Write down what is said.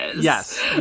Yes